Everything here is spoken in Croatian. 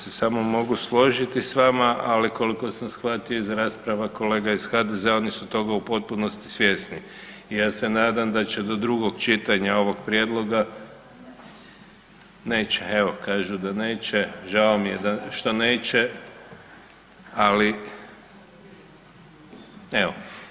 Ja se samo mogu složiti s vama, ali koliko sam shvatio iz rasprava kolega iz HDZ-a oni su toga u potpunosti svjesni i ja se nadam da će do drugog čitanja ovog prijedloga, neće, evo kažu da neće, žao mi je što neće, ali evo.